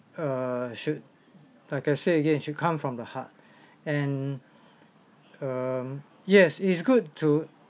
err should like I say again should come from the heart and um yes it's good to